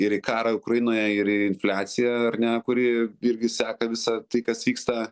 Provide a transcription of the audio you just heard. ir į karą ukrainoj ir į infliaciją ar ne kuri irgi seka visą tai kas vyksta